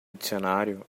dicionário